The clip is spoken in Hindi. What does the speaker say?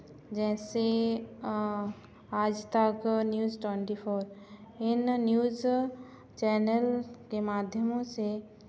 जैसे आजतक news twenty four in news channel के माध्यमों से